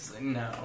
no